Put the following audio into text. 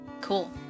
Cool